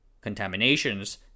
Contaminations